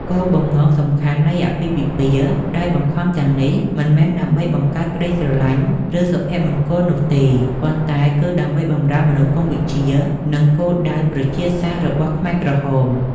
គោលបំណងសំខាន់នៃអាពាហ៍ពិពាហ៍ដោយបង្ខំទាំងនេះមិនមែនដើម្បីបង្កើតក្តីស្រឡាញ់ឬសុភមង្គលនោះទេ ប៉ុន្តែគឺដើម្បីបម្រើមនោគមវិជ្ជា និងគោលដៅប្រជាសាស្ត្ររបស់ខ្មែរក្រហម។